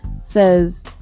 says